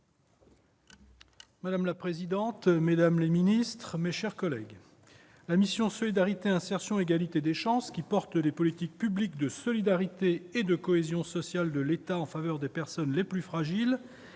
madame la ministre, madame la secrétaire d'État, mes chers collègues, la mission « Solidarité, insertion et égalité des chances », qui porte les politiques publiques de solidarité et de cohésion sociale de l'État en faveur des personnes les plus fragiles,